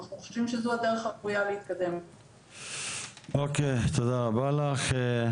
תודה רבה לך.